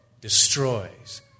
destroys